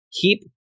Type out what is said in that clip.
keep